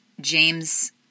James